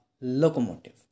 locomotive